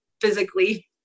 physically